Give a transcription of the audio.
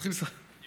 עם תאריכים.